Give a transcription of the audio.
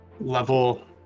level